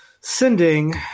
sending